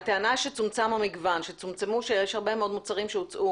הטענה שצומצם המגוון, שיש הרבה מאוד מוצרים שהוצאו